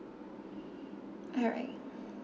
alright